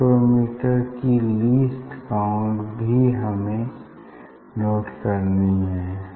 micrometer की least count भी हमें नोट करनी है